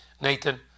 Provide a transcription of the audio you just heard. Nathan